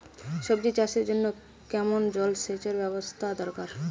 সবজি চাষের জন্য কেমন জলসেচের ব্যাবস্থা দরকার?